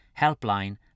helpline